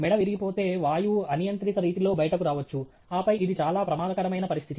మెడ విరిగిపోతే వాయువు అనియంత్రిత రీతిలో బయటకు రావచ్చు ఆపై ఇది చాలా ప్రమాదకరమైన పరిస్థితి